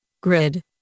grid